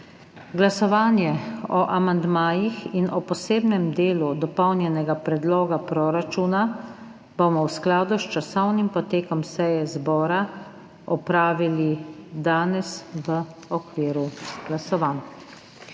Glasovanje o amandmajih in o posebnem delu Dopolnjenega predloga proračuna bomo v skladu s časovnim potekom seje zbora opravili danes v okviru glasovanj.